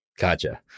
Gotcha